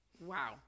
Wow